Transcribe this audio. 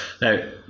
Now